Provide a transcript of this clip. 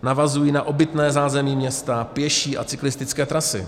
Navazují na obytné zázemí města, pěší a cyklistické trasy.